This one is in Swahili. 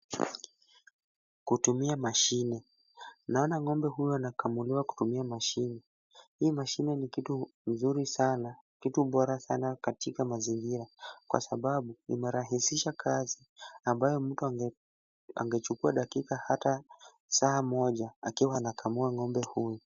Kutumia mashini. Naona ng'ombe huyo anakumuliwa kutumia mashini. Hii mashini ni kitu nzuri sana, kitu bora sana katika mazingira kwa sababu imerahisisha kazi ambayo mtu angechukua dakika hata saa moja akiwa anakamua ng'ombe huyu.